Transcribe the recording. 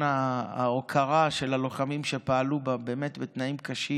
ההוקרה של הלוחמים שפעלו באמת בתנאים קשים,